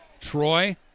Troy